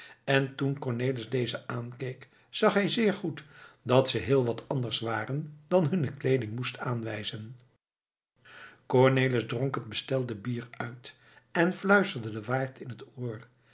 en toen cornelis dezen aankeek zag hij zeer goed dat ze heel wat anders waren dan hunne kleeding moest aanwijzen cornelis dronk het bestelde bier uit en fluisterde den waard in het oor